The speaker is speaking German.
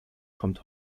kommt